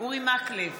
אורי מקלב,